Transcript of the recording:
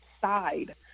side